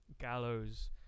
gallows